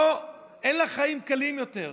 אין לה חיים קלים יותר.